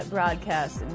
Broadcast